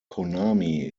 konami